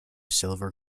silver